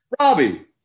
Robbie